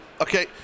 Okay